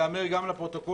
ייאמר גם לפרוטוקול,